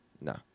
No